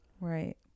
right